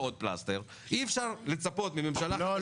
אי אפשר לצפות מממשלה חדשה --- לא,